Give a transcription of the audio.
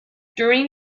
during